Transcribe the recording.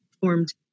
formed